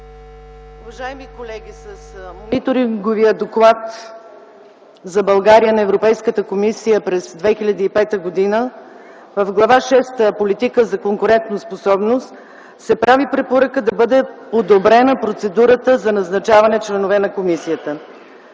Уважаеми колеги, в Мониторинговия доклад за България на Европейската комисия през 2005 г., в Глава шеста „Политика за конкурентоспособност” се прави препоръка да бъде одобрена процедурата за назначаване членове на комисията.